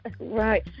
Right